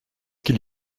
qu’il